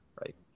right